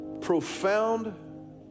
profound